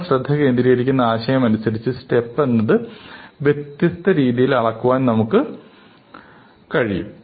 നമ്മൾ ശ്രദ്ധ കേന്ദ്രീകരിക്കുന്ന ആശയം അനുസരിച്ച് സ്റ്റെപ്പ് എന്നത് വ്യത്യസ്ത രീതിയിൽ അളക്കുവാൻ നമുക്ക് കഴിയും